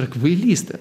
čia yra kvailystė